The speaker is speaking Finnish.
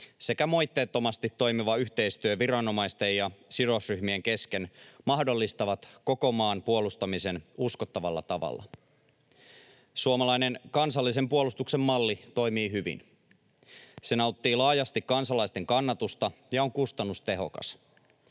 sekä moitteettomasti toimiva yhteistyö viranomaisten ja sidosryhmien kesken mahdollistavat koko maan puolustamisen uskottavalla tavalla. Suomalainen kansallisen puolustuksen malli toimii hyvin. Se nauttii laajasti kansalaisten kannatusta ja on kustannustehokas.